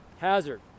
Hazard